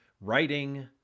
writing